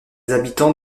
habitants